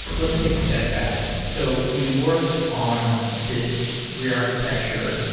let's take a step back. so you worked on this re-architecture,